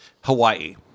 hawaii